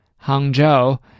Hangzhou